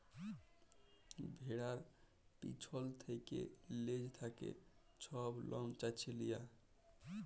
ভেড়ার পিছল থ্যাকে লেজ থ্যাকে ছব লম চাঁছে লিয়া